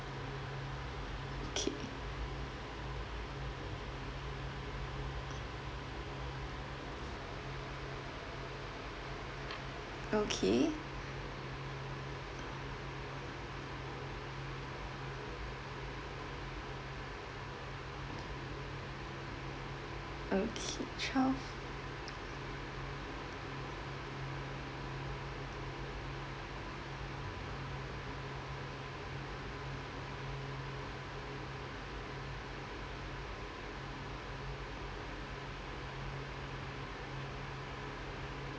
okay okay okay twelve